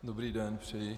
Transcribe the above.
Dobrý den přeji.